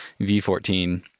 v14